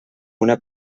una